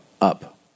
up